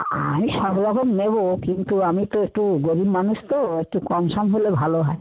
আমি সব রকম নেবো কিন্তু আমি তো একটু গরিব মানুষ তো একটু কম সম হলে ভালো হয়